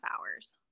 hours